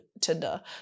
Tinder